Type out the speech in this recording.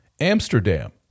Amsterdam